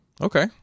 okay